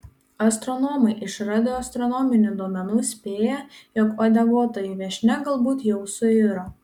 astronomai iš radioastronominių duomenų spėja jog uodeguotoji viešnia galbūt jau suiro